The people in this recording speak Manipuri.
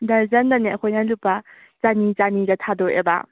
ꯗꯔꯖꯟꯗꯅꯦ ꯑꯩꯈꯣꯏꯅ ꯂꯨꯄꯥ ꯆꯅꯤ ꯆꯅꯤꯗ ꯊꯥꯗꯣꯛꯑꯦꯕ